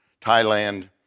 Thailand